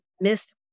miss